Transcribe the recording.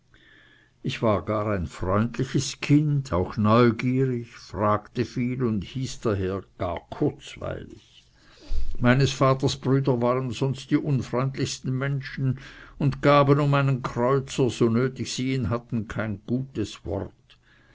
ich war gar ein freundliches kind auch neugierig fragte viel und hieß daher gar kurzweilig meines vaters brüder waren sonst die unfreundlichsten menschen und gaben um einen kreuzer so nötig sie ihn hatten kein gutes wort